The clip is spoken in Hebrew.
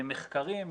מחקרים,